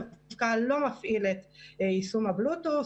דווקא לא מפעיל את יישום הבלוטות',